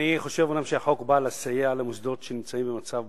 אני חושב אומנם שהחוק בא לסייע למוסדות שנמצאים במצב בעייתי,